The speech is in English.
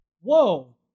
Whoa